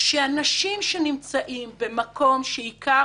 שאנשים שנמצאים במקום שעיקר